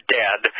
dead